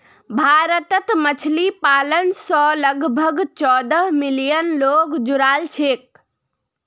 भारतत मछली पालन स लगभग चौदह मिलियन लोग जुड़ाल छेक